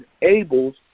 enables